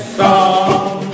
song